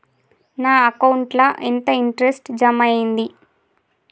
నా అకౌంట్ ల ఎంత ఇంట్రెస్ట్ జమ అయ్యింది?